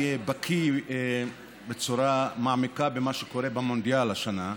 בקי בצורה מעמיקה במה שקורה במונדיאל השנה,